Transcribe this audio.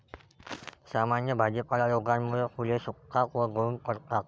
सामान्य भाजीपाला रोगामुळे फुले सुकतात व गळून पडतात